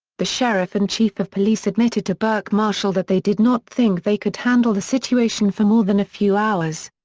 the sheriff and chief of police admitted to burke marshall that they did not think they could handle the situation for more than a few hours.